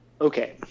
Okay